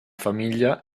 famiglia